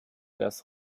das